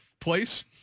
place